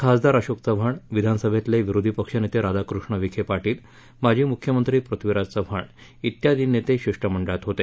खासदार अशोक चव्हाण विधानसभेतले विरोधी पक्षनेते राधाकृष्ण विखे पारिल माजी मुख्यमक्ती पृथ्वीराज चव्हाण इत्यादी नेते शिष्टमध्क्रात होते